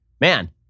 Man